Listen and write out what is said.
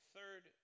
Third